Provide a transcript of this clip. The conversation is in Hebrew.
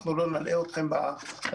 אנחנו לא נלאה אתכם ברשימה.